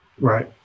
right